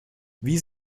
wie